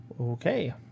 Okay